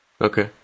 Okay